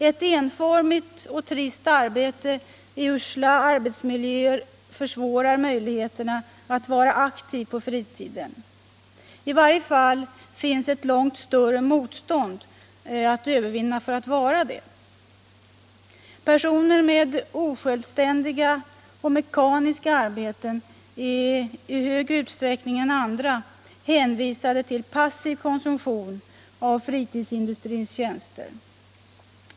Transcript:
Ett enformigt och trist arbete i usla arbetsmiljöer försvårar möjligheterna att vara aktiv på fritiden. I varje fall finns det ett långt större motstånd att övervinna för att vara det. Personer med osjälvständiga och mekaniska arbeten är i större utsträckning än andra hänvisade till passiv konsumtion av fritidsindustrins tjänster.